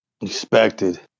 Expected